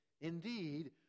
Indeed